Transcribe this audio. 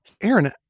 Aaron